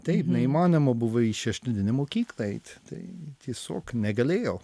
taip neįmanoma buvo į šeštadieninę mokyklą eit tai tiesiog negalėjau